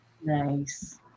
Nice